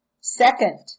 Second